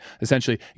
essentially